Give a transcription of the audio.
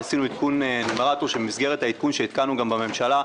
ועשינו עדכון של מסגרת העדכון שעדכנו גם בממשלה.